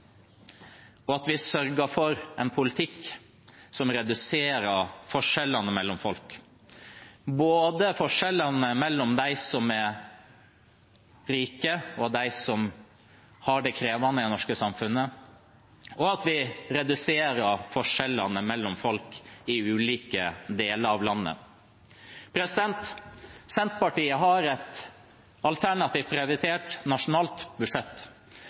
og at vi sørger for en politikk som reduserer forskjellene mellom folk – både forskjellene mellom dem som er rike, og dem som har det krevende i det norske samfunnet, og at vi reduserer forskjellene mellom folk i ulike deler av landet. Senterpartiet har et alternativt revidert